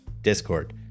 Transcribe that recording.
Discord